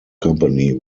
company